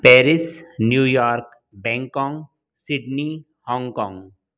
Paris New York Bangkok Sydney Hong Kong